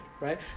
right